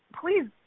please